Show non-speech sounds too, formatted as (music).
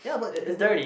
ya but (noise)